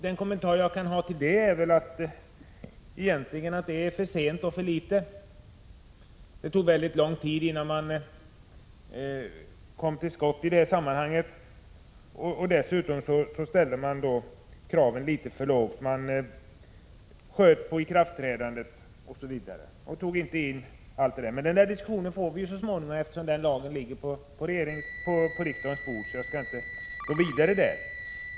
Den kommentar jag kan göra till den lagen är egentligen att dessa åtgärder kommit för sent och att det är för litet som gjorts. Det tog mycket lång tid innan man kom till skott. Dessutom ställde man kraven litet för lågt — man sköt på ikraftträdandet osv. Men den diskussionen får vi tillfälle att föra så småningom, eftersom det lagförslaget ligger på riksdagens bord.